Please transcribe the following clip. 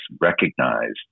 recognized